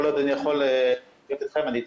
כל עוד אני יכול להיות אתכם אני כאן.